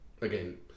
Again